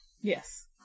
Yes